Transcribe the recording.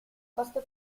posto